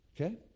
Okay